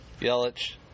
Yelich